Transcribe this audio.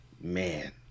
man